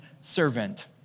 servant